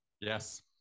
Yes